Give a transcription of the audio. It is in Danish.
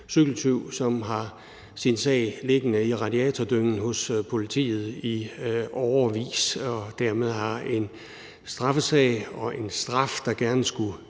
som har sin sag liggende i radiatordyngen hos politiet i årevis og dermed har en straffesag og en straf, som gerne skulle